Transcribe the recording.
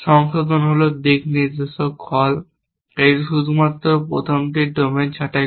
সংশোধন হল দিকনির্দেশক কল এটি শুধুমাত্র প্রথমটির ডোমেন ছাঁটাই করে